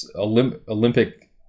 Olympic